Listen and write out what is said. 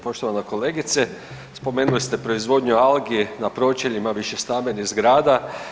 Poštovana kolegice, spomenuli ste proizvodnju algi na pročeljima višestambenih zgrada.